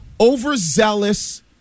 overzealous